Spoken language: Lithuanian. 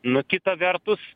n kita vertus